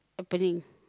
happening